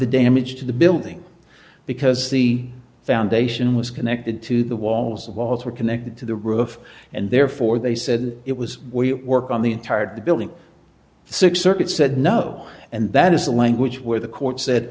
the damage to the building because the foundation was connected to the walls walls were connected to the roof and therefore they said it was we work on the entire building six circuit said no and that is the language where the court said that